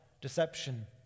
deception